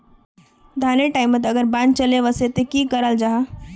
धानेर टैमोत अगर बान चले वसे ते की कराल जहा?